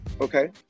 okay